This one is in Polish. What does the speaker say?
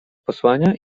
posłania